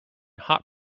hot